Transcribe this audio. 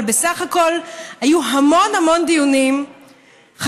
אבל בסך הכול היו המון המון דיונים חשובים,